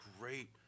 great